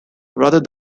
rather